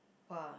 !wah!